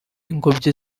ingobyi